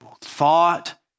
thought